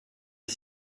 les